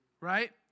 right